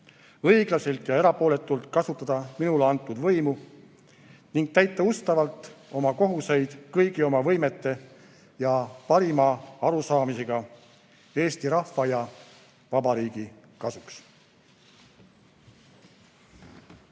õiglaselt ja erapooletult kasutada minule antud võimu ning täita ustavalt oma kohuseid kõigi oma võimete ja parima arusaamisega Eesti rahva ja Vabariigi kasuks.